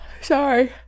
sorry